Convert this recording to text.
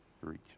reach